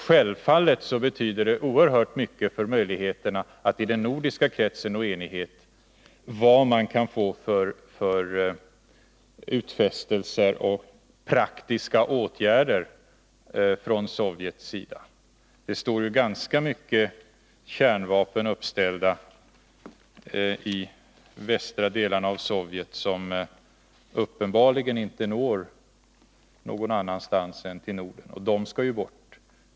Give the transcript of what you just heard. Utfästelser och praktiska åtgärder från Sovjets sida betyder självfallet oerhört mycket för möjligheterna att nå enighet inom den nordiska kretsen. Det står ganska mycket kärnvapen uppställda i västra delarna av Sovjet, som uppenbarligen inte når någon annanstans än till Norden, och de skall ju bort.